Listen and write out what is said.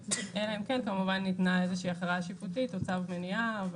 אלא אם כמובן ניתנה איזושהי הכרעה שיפוטית או צו מניעה.